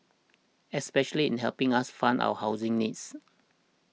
especially in helping us fund our housing needs